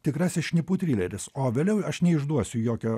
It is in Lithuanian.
tikrasis šnipų trileris o vėliau aš neišduosiu jokio